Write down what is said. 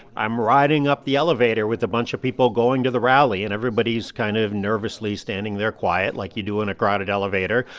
i'm riding up the elevator with a bunch of people going to the rally. and everybody's kind of nervously standing there, quiet, like you do in a crowded elevator,